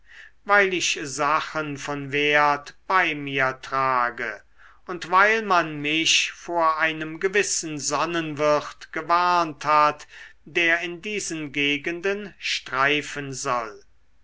weil ich sachen von wert bei mir trage und weil man mich vor einem gewissen sonnenwirt gewarnt hat der in diesen gegenden streifen soll